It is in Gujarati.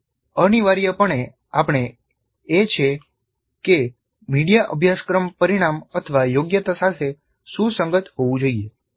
તેનો અનિવાર્યપણે અર્થ એ છે કે મીડિયા અભ્યાસક્રમ પરિણામ અથવા યોગ્યતા સાથે સુસંગત હોવું જોઈએ